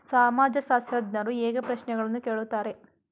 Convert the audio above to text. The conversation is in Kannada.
ಸಮಾಜಶಾಸ್ತ್ರಜ್ಞರು ಹೇಗೆ ಪ್ರಶ್ನೆಗಳನ್ನು ಕೇಳುತ್ತಾರೆ?